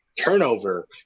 turnover